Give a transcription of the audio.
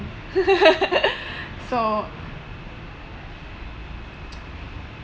so